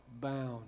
bound